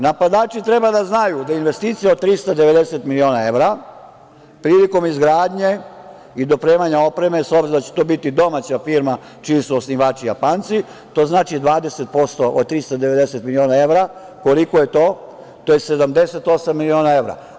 Napadači treba da znaju da investicija od 390 miliona evra prilikom izgradnje i dopremanja opreme, s obzirom da će to biti domaća firma čiji su osnivači Japanaci, to znači 20% od 390 miliona evra koliko je to, to je 78 miliona evra.